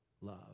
love